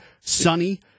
sunny